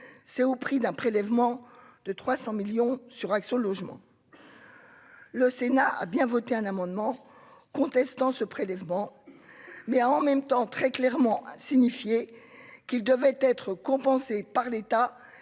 c'est au prix d'un prélèvement de 300 millions sur Action Logement : le Sénat a bien voté un amendement contestant ce prélèvement mais en même temps très clairement signifié qu'il devait être compensée par l'État